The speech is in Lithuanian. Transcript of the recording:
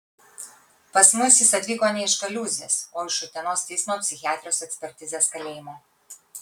pas mus jis atvyko ne iš kaliūzės o iš utenos teismo psichiatrijos ekspertizės kalėjimo